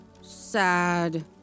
sad